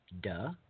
Duh